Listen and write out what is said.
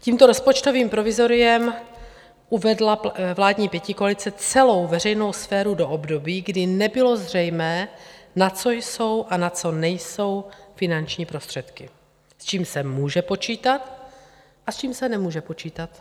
Tímto rozpočtovým provizoriem uvedla vládní pětikoalice celou veřejnou sféru do období, kdy nebylo zřejmé, na co jsou a na co nejsou finanční prostředky, s čím se může počítat a s čím se nemůže počítat.